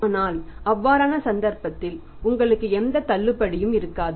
ஆனால் அவ்வாறான சந்தர்ப்பத்தில் உங்களுக்கு எந்த தள்ளுபடியும் இருக்காது